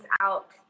out